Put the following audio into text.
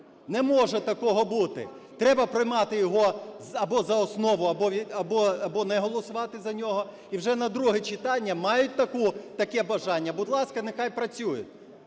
Не може такого бути. Треба приймати його або за основу, або не голосувати за нього, і вже на друге читання мають таке бажання – будь ласка, нехай працюють.